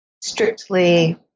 strictly